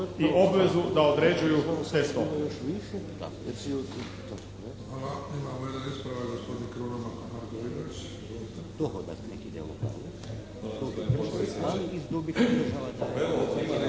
i obvezu da određuju te stope.